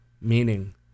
meaning